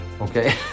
Okay